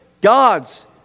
God's